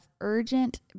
urgent